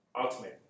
ultimately